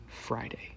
Friday